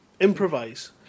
Improvise